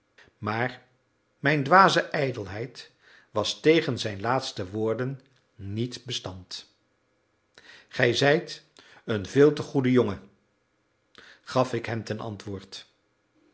maar mijn dwaze ijdelheid was tegen zijn laatste woorden niet bestand gij zijt een veel te goede jongen gaf ik hem ten antwoord